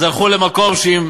אז הלכו למקום שאם